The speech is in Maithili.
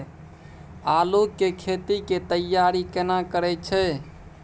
आलू के खेती के तैयारी केना करै छै?